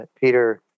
Peter